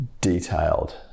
detailed